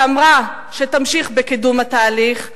שאמרה שתמשיך בקידום התהליך,